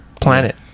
planet